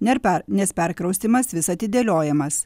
ner per nes perkraustymas vis atidėliojamas